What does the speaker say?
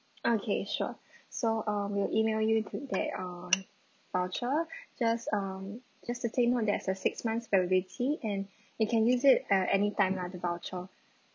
okay sure so uh we'll email you that um voucher just um just to take note there are the six months validity and you can use it uh anytime lah the voucher